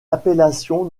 appellation